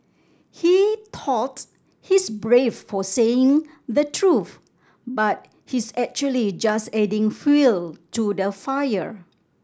he thought he's brave for saying the truth but he's actually just adding fuel to the fire